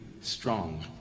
strong